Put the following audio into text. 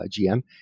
GM